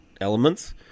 elements